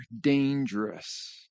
dangerous